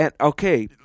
okay